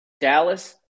Dallas